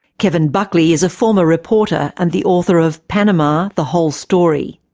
kevin buckley is a former reporter and the author of panama the whole story.